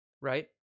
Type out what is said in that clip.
right